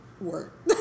work